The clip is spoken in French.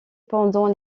pendant